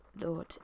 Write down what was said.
lord